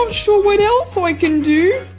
um sure what else i can do?